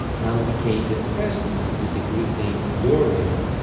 now became the first mode with the greek name dorian.